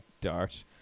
dart